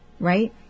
Right